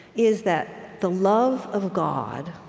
is that the love of god,